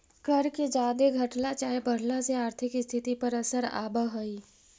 कर के जादे घटला चाहे बढ़ला से आर्थिक स्थिति पर असर आब हई